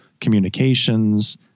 communications